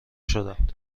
شدند